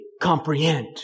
comprehend